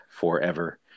forever